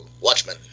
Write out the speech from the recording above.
Watchmen